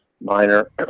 minor